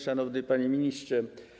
Szanowny Panie Ministrze!